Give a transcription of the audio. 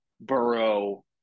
Burrow